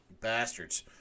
Bastards